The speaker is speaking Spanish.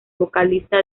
vocalista